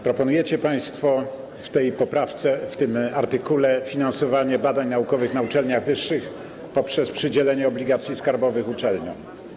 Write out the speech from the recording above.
Proponujecie państwo w tym artykule finansowanie badań naukowych na uczelniach wyższych poprzez przydzielenie obligacji skarbowych uczelniom.